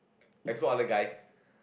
export other guys